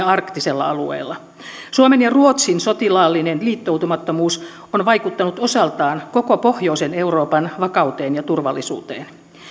arktisella alueella suomen ja ruotsin sotilaallinen liittoutumattomuus on vaikuttanut osaltaan koko pohjoisen euroopan vakauteen ja turvallisuuteen